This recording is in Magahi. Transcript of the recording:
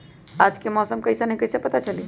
आज के मौसम कईसन हैं कईसे पता चली?